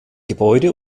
gebäude